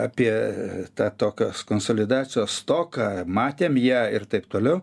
apie tą tokios konsolidacijos stoką matėm ją ir taip toliau